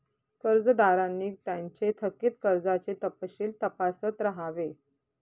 कर्जदारांनी त्यांचे थकित कर्जाचे तपशील तपासत राहावे